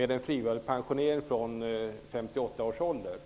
innebär en frivillig pensionering från 58 års ålder.